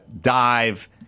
dive